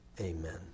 Amen